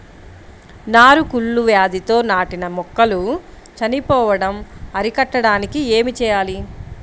నారు కుళ్ళు వ్యాధితో నాటిన మొక్కలు చనిపోవడం అరికట్టడానికి ఏమి చేయాలి?